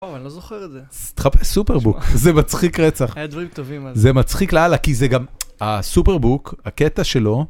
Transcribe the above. אני לא זוכר את זה. סופרבוק זה מצחיק רצח זה מצחיק לאללה כי זה גם הסופרבוק הקטע שלו.